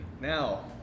now